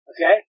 Okay